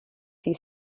see